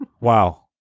Wow